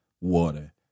water